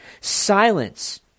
Silence